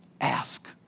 Ask